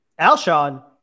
Alshon